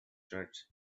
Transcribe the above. church